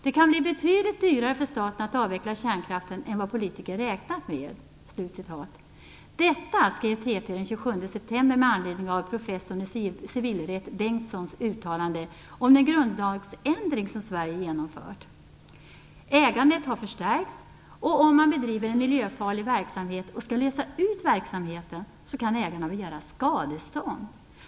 "Det kan bli betydligt dyrare för staten att avveckla kärnkraften än vad politiker räknat med." Detta skrev TT den 27 september med anledning av professor i civilrätt Bengtssons uttalande om den grundlagsändring som Sverige genomfört. Ägandet har förstärkts. Om man bedriver en miljöfarlig verksamhet och skall lösa ut verksamheten, kan ägarna begära skadestånd.